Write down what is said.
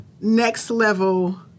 next-level